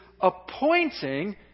appointing